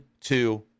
two